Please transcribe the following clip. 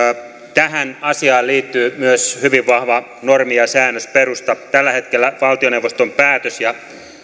tähän asiaan liittyy myös hyvin vahva normi ja säännösperusta tällä hetkellä valtioneuvoston päätös ja